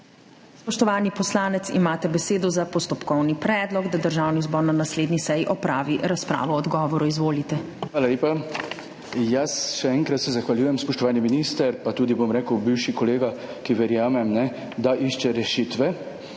Spoštovani poslanec, imate besedo za postopkovni predlog, da Državni zbor na naslednji seji opravi razpravo o odgovoru. Izvolite. **JOŽEF LENART (PS SDS):** Hvala lepa. Še enkrat se zahvaljujem, spoštovani minister pa tudi bivši kolega, ki, verjamem, da išče rešitve.